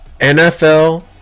NFL